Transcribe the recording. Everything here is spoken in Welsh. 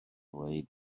dweud